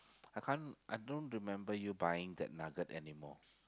I can't I don't remember you buying that nugget anymore